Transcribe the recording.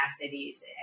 capacities